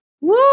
Woo